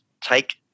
take